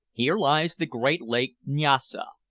here lies the great lake nyassa,